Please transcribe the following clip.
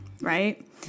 right